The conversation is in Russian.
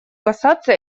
касаться